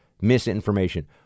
misinformation